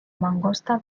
mangosta